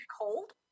cold